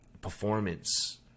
performance